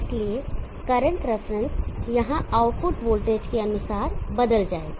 इसलिए current reference यहां output voltage के अनुसार बदल जाएगा